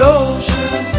ocean